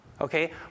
Okay